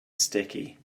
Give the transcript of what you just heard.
sticky